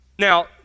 Now